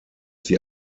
sie